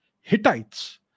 Hittites